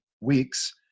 weeks